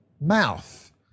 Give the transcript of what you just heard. mouth